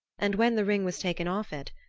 and when the ring was taken off it,